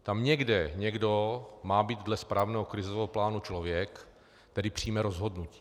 Tam někde má být dle správného krizového plánu člověk, který přijme rozhodnutí.